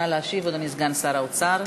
נא להשיב, אדוני סגן שר האוצר.